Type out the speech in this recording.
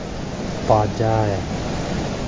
ᱯᱟᱡᱟᱭ